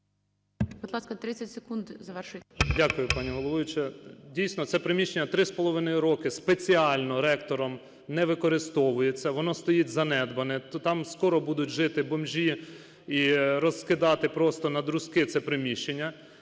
Дякую, пані головуюча. Дійсно, це приміщення 3,5 роки спеціально ректором не використовується, воно стоїть занедбане, там скоро будуть жити бомжі і розкидати просто на друзки це приміщення.